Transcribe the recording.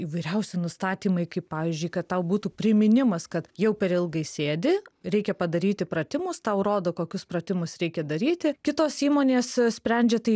įvairiausi nustatymai kaip pavyzdžiui kad tau būtų priminimas kad jau per ilgai sėdi reikia padaryti pratimus tau rodo kokius pratimus reikia daryti kitos įmonės sprendžia tai